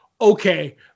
okay